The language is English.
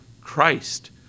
Christ